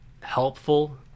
helpful